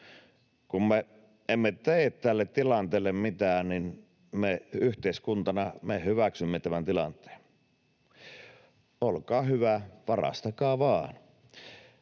Kun me emme tee tälle tilanteelle mitään, yhteiskuntana me hyväksymme tämän tilanteen — olkaa hyvä, varastakaa vain.